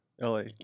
L-A